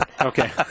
Okay